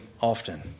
often